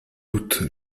doute